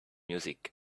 music